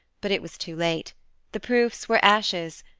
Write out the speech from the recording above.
but it was too late the proofs were ashes,